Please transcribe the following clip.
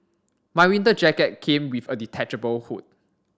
my winter jacket came with a detachable hood